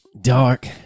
dark